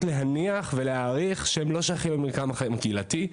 להניח ולהעריך שהם לא שייכים למרקם החיים הקהילתי.